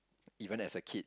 even as a kid